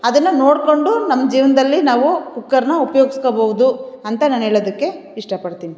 ಅದನ್ನು ನೋಡಿಕೊಂಡು ನಮ್ಮ ಜೀವನದಲ್ಲಿ ನಾವು ಕುಕ್ಕರನ್ನ ಉಪ್ಯೋಗ್ಸ್ಕೋಬೋದು ಅಂತ ನಾನು ಹೇಳದಕ್ಕೆ ಇಷ್ಟಪಡ್ತೀನಿ